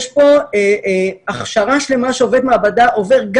יש פה הכשרה שלמה שעובד מעבדה עובר.